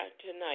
tonight